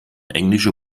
englische